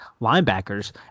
linebackers